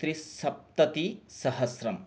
त्रिसप्ततिसहस्रम्